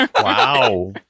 Wow